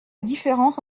différence